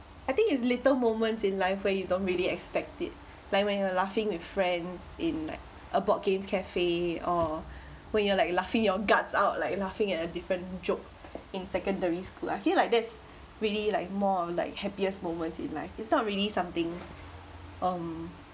I think it's little moments in life where you don't really expect it like when you're laughing with friends in like a board games cafe or when you're like laughing your guts out like laughing at a different joke in secondary school I feel like this really like more of like happiest moments in life it's not really something um